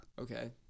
Okay